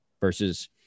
versus